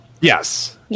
Yes